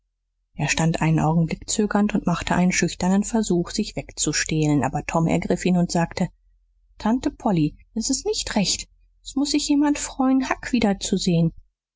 er stand einen augenblick zögernd und machte einen schüchternen versuch sich wegzustehlen aber tom ergriff ihn und sagte tante polly s ist nicht recht s muß sich jemand freuen huck wiederzusehen